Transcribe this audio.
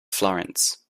florence